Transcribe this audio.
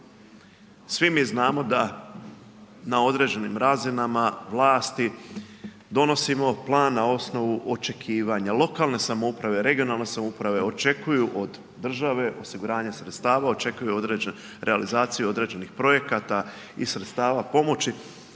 Svi mi znamo da na određenim razinama vlasti donosimo plan na osnovu očekivanja, lokalne samouprave, regionalne samouprave očekuju od države osiguranje sredstava, očekuju realizaciju određenih projekata i sredstava pomoći,